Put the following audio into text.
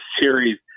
series